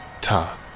Ta